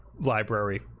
library